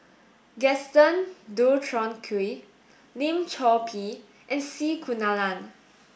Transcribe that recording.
Gaston Dutronquoy Lim Chor Pee and C Kunalan